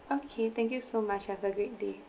okay thank you so much have a great day